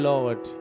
Lord